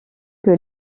que